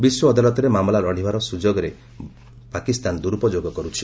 ବିଶ୍ୱ ଅଦାଲତରେ ମାମଲା ଲଢ଼ିବାର ସୁଯୋଗର ଏହା ଦୁରୁପଯୋଗ କରୁଛି